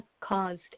caused